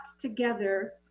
together